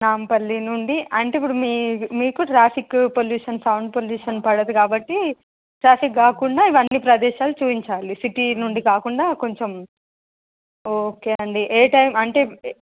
నాంపల్లి నుండి అంటే ఇప్పుడు మీ మీకు ట్రాఫిక్ పొల్యూషన్ సౌండ్ పొల్యూషన్ పడదు కాబట్టి ట్రాఫిక్ కాకుండా ఇవన్నీ ప్రదేశాలు చూపించాలి సిటీ నుండి కాకుండా కొంచెం ఓకే అండి ఏ టైమ్ అంటే